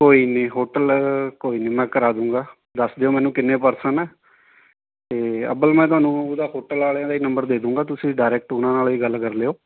ਕੋਈ ਨੀ ਹੋਟਲ ਕੋਈ ਨੀ ਮੈਂ ਕਰਾਂਦੂਗਾ ਦੱਸ ਦਿਓ ਮੈਨੂੰ ਕਿੰਨੇ ਪਰਸਨ ਹੈ ਅਤੇ ਅੱਬਲ ਮੈਂ ਤੁਹਾਨੂੰ ਉਹਦਾ ਹੋਟਲ ਵਾਲਿਆ ਦਾ ਹੀ ਨੰਬਰ ਦੇ ਦਵਾਂਗਾ ਤੁਸੀਂ ਡਾਈਰੇਕਟ ਉਹਨਾਂ ਨਾਲ਼ ਹੀ ਗੱਲ ਕਰ ਲਿਓ